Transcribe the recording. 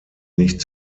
nicht